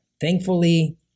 thankfully